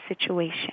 situation